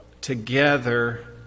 together